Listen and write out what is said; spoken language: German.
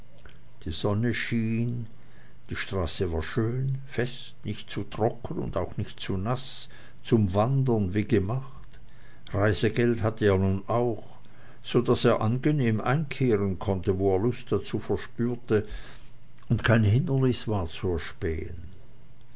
die sonne schien die straße war schön fest nicht zu trocken und auch nicht zu naß zum wandern wie gemacht reisegeld hatte er nun auch so daß er angenehm einkehren konnte wo er lust dazu verspürte und kein hindernis war zu erspähen